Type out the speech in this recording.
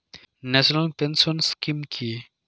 National pension scheme কি?